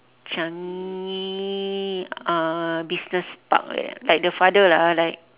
changi uh business park like that like the father lah like